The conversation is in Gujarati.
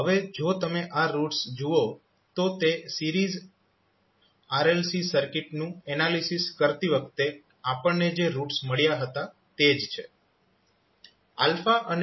હવે જો તમે આ રૂટ્સ જુઓ તો તે સીરીઝ RLC સર્કિટનું એનાલિસીસ કરતી વખતે આપણને જે રૂટ્સ મળ્યા હતા તે જ છે